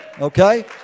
Okay